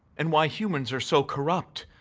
and why humans are so corrupt,